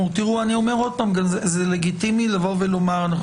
אני אומר שוב שזה לגיטימי לומר שאנחנו